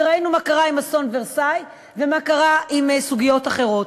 וראינו מה קרה באסון "אולמי ורסאי" ומה קרה בסוגיות אחרות.